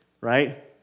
right